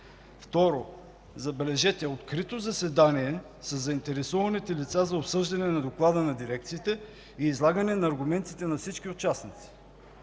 Второ, забележете, открито заседание със заинтересованите лица за обсъждане на доклада на дирекциите и излагане на аргументите на всички участници.